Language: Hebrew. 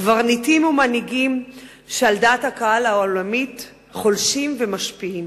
קברניטים ומנהיגים שעל דעת הקהל העולמית חולשים ומשפיעים.